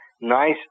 nice